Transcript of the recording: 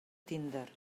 tinder